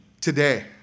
Today